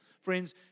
friends